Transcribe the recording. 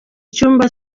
cyumba